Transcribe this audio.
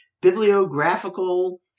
bibliographical